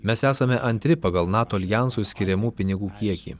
mes esame antri pagal nato aljansui skiriamų pinigų kiekį